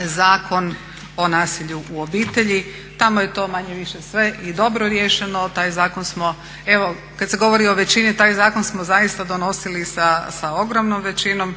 Zakon o nasilju u obitelji. Tamo je to manje-više sve i dobro riješeno. Taj zakon smo, evo kad se govori o većini, taj zakon smo zaista donosili sa ogromnom većinom,